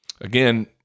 again